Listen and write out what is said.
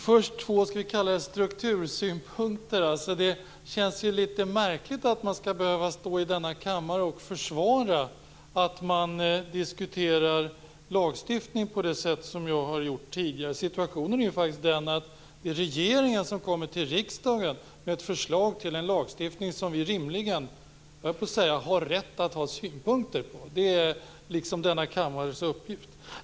Herr talman! Först har jag två struktursynpunkter. Det känns litet märkligt att man skall behöva stå i denna kammare och försvara att man diskuterar lagstiftning, på det sätt som jag har gjort tidigare. Situationen är faktiskt den att regeringen kommer till riksdagen med ett förslag till en lagstiftning, och vi har rimligen rätt att ha synpunkter på det; det är denna kammares uppgift.